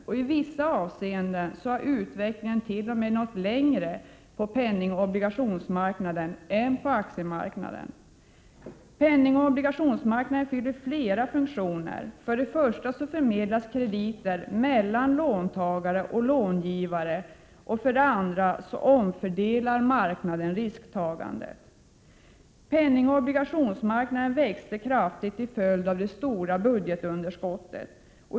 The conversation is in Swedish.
I vissa avseenden har utvecklingen t.o.m. nått längre på penningoch obligationsmarknaden än på aktiemarknaden. Penningoch obligationsmarknaden fyller flera funktioner. För det första förmedlas krediter mellan låntagare och långivare. För det andra omfördelar marknaden risktagandet. Penningoch obligationsmarknaden växte kraftigt till följd av det stora budgetunderskottet.